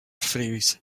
phrase